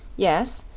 yes,